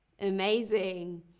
Amazing